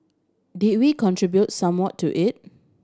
did we contribute somewhat to it